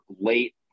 late